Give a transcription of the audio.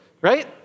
right